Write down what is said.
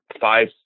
five